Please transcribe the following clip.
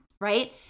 right